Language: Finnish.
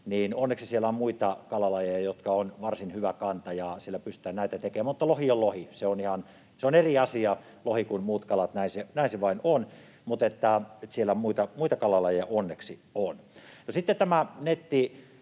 Onneksi siellä on muita kalalajeja, joilla on varsin hyvä kanta, ja siellä pystytään näitä tekemään, mutta lohi on lohi. Lohi on ihan eri asia kuin muut kalat, näin se vain on. Mutta siellä muita kalalajeja onneksi on. No, sitten